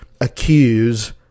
accuse